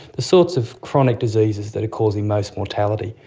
the sorts of chronic diseases that are causing most mortality.